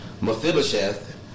Mephibosheth